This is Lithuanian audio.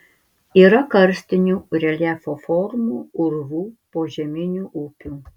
yra karstinių reljefo formų urvų požeminių upių